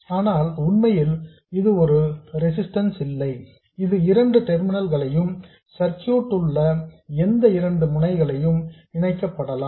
ஆனால் உண்மையில் இது ஒரு ரெசிஸ்டன்ஸ் இல்லை இதன் இரண்டு டெர்மினல்ஸ் களையும் சர்க்யூட்டில் உள்ள எந்த இரண்டு முனைகளிலும் இணைக்கப்படலாம்